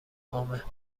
عامه